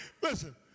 listen